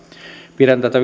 pidän tätä